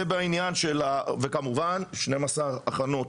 כמובן 12 הכנות